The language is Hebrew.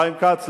חיים כץ,